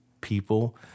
people